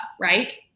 right